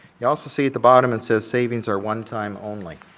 you also see at the bottom it says, savings are one time only.